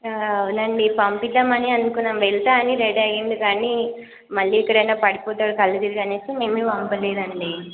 అవునండి పంపిద్దాం అని అనుకున్నాం వెళ్తాను అని రెడీ అయ్యిండు కానీ మళ్ళీ ఎక్కడైన పడిపోతాడు కళ్ళు తిరిగి అని మేము పంపలేదండి